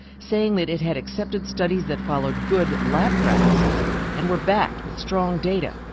saying that it had accepted studies that followed good lab practices and were backed with strong data,